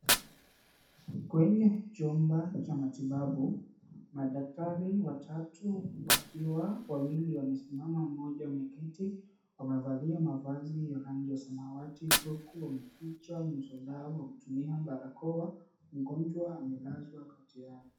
Kwenye chumba cha matibabu, madaktari watatu wakiwa wawili wamesimama, mmoja ameketi, wamevalia mavazi ya rangi ya samawati, huku wameficha nyuso zao kwa kutumia barakoa. Mgonjwa amelazwa kati yao.